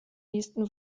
nächsten